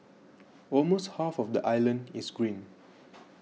almost half of the island is green